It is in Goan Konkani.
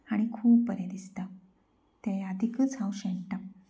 आनी खूब बरें दिसता ते यादीकच हांव शेणटां